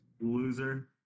Loser